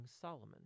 Solomon